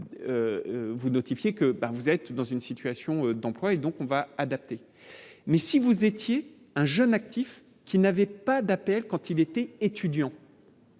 vous notifier que par vous êtes dans une situation d'emploi et donc on va adapter, mais si vous étiez un jeune actif qui n'avait pas d'appel quand il était étudiant.